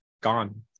gone